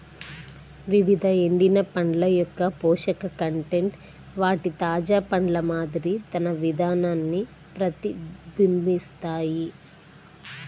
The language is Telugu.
వివిధ ఎండిన పండ్ల యొక్కపోషక కంటెంట్ వాటి తాజా పండ్ల మాదిరి తన విధాన ప్రతిబింబిస్తాయి